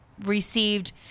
received